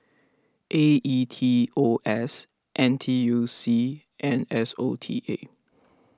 A E T O S N T U C and S O T A